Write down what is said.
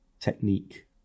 technique